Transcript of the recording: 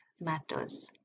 matters